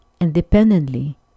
independently